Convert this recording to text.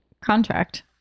contract